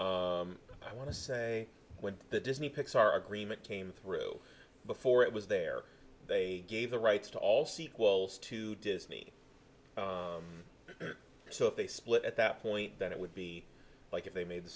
i want to say when the disney pixar agreement came through before it was there they gave the rights to all sequels to disney so if they split at that point then it would be like if they made the